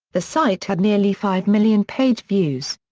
the site had nearly five million page views.